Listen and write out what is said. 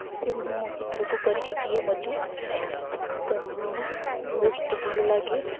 ସେ ମୋ ଚିତ୍ରକୁ କରିକି ଦିଏ ମୋତେ ତ ବହୁତ ଭଲ ଲାଗେ